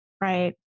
right